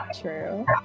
True